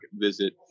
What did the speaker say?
visit